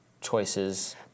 choices